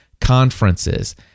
conferences